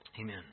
Amen